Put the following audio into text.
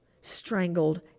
strangled